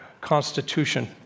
constitution